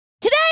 Today